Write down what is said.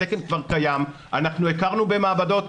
התקן כבר קיים, אנחנו הכרנו במעבדות.